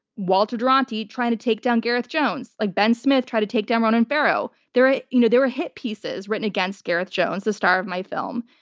walter duranty, trying to take down gareth jones like ben smith tried to take down ronan farrow. ah you know they were hit pieces written against gareth jones, the star of my film.